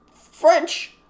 French